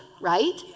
right